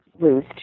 lose